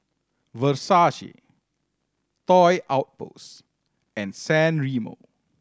Versace Toy Outpost and San Remo